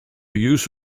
use